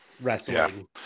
Wrestling